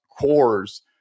cores